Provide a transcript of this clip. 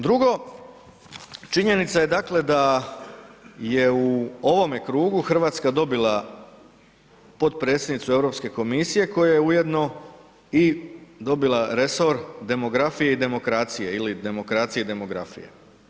Drugo, činjenica je dakle da je u ovome krugu RH dobila potpredsjednicu Europske komisije koja je ujedno i dobila i resor demografije i demokracije ili demokracije i demografije.